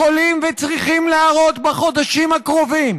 יכולים וצריכים להראות בחודשים הקרובים